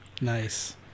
Nice